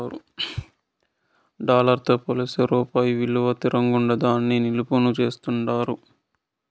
dollar తో పోలిస్తే రూపాయి ఇలువ తిరంగుండాదని నిపునులు చెప్తాండారు